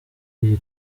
iyi